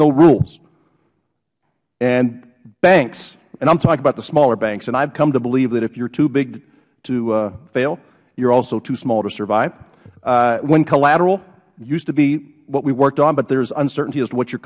no rules banks and i am talking about the smaller banks and i have come to believe that if you are too big to fail you are also too small to survive when collateral used to be what we worked on but there is uncertainty as to what your